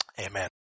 Amen